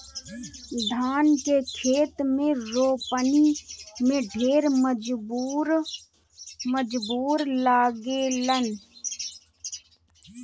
धान के खेत में रोपनी में ढेर मजूर लागेलन